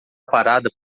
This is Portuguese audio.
parada